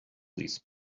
these